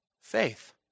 faith